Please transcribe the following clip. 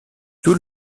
tout